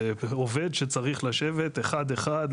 זה עובד שצריך לשבת אחד אחד,